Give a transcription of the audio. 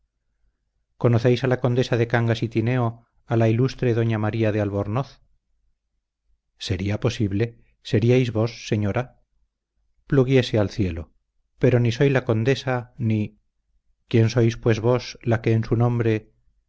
conocéis a la condesa de cangas y tineo a la ilustre doña maría de albornoz sería posible seríais vos señora pluguiese al cielo pero ni soy la condesa ni quién sois pues vos la que en su nombre